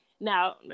now